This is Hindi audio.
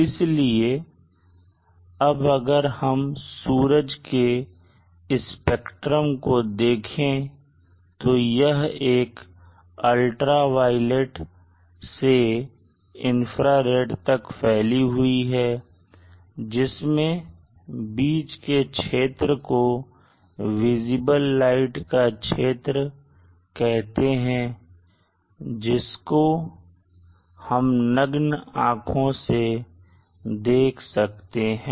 इसलिए अब अगर हम सूरज के स्पेक्ट्रम को देखें तो यह अल्ट्रावायलेट से इंफ्रारेड तक फैली हुई है जिसमें बीच के क्षेत्र को विजिबल लाइट का क्षेत्र कहते हैं जिसको हम नग्न आंखों से देख सकते हैं